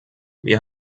wir